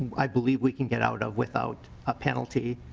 i believe we can get out of without a penalty.